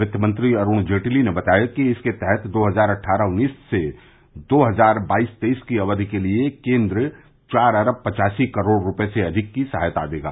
वित्तमंत्री अरुण जेटली ने बताया कि इसके तहत दो हजार अट्ठारह उन्नीस से दो हजार बाईस तेईस की अवधि के लिए केंद्र चार अरब पवासी करोड़ रुपए से अधिक की सहायता देगा